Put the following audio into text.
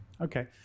Okay